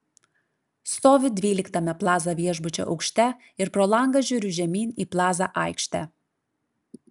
stoviu dvyliktame plaza viešbučio aukšte ir pro langą žiūriu žemyn į plaza aikštę